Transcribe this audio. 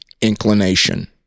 inclination